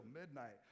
midnight